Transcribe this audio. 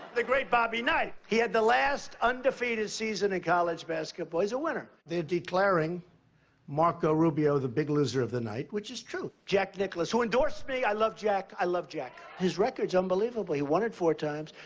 the great bobby knight. he had the last undefeated season in college basketball, he's a winner. they're declaring marco rubio the big loser of the night, which is true. jack nicklaus, who endorsed me, i love jack. i love jack. his record's unbelievable. he won it four times,